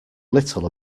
little